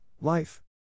life